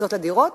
פריצות לדירות?